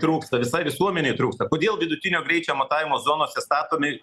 trūksta visai visuomenei trūksta kodėl vidutinio greičio matavimo zonose statomi